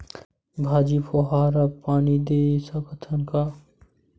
भाजी फवारा पानी दे सकथन का?